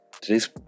Today's